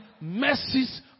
mercies